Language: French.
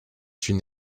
une